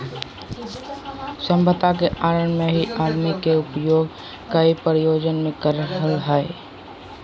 सभ्यता के आरम्भ से ही आदमी लकड़ी के उपयोग कई प्रयोजन मे कर रहल हई